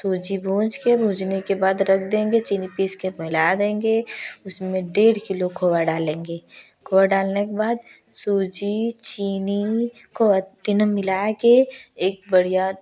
सूजी भूँज कर भुजने के बाद रख देंगे चीनी पिस कर मिला देंगे उसमें डेढ़ किलो खोया डालेंगे खोया डालने के बाद सूजी चीनी को तीनों मिला कर एक बढ़िया